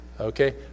okay